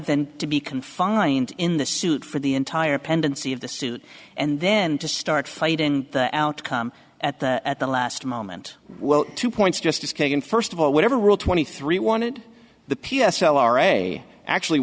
than to be confined in the suit for the entire pendency of the suit and then to start fighting the outcome at the at the last moment well two points just as kagan first of all whatever rule twenty three wanted the p s l r a actually